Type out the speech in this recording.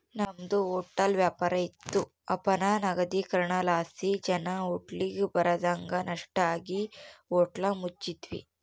ನಮ್ದು ಹೊಟ್ಲ ವ್ಯಾಪಾರ ಇತ್ತು ಅಪನಗದೀಕರಣಲಾಸಿ ಜನ ಹೋಟ್ಲಿಗ್ ಬರದಂಗ ನಷ್ಟ ಆಗಿ ಹೋಟ್ಲ ಮುಚ್ಚಿದ್ವಿ